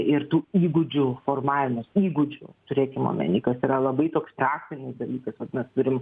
ir tų įgūdžių formavimas įgūdžių turėkim omeny kas yra labai toks praktinis dalykas vat mes turim